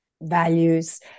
values